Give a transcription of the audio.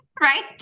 right